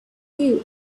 here